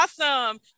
awesome